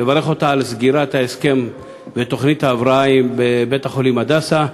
לברך אותה על סגירת ההסכם בתוכנית ההבראה בבית-החולים "הדסה".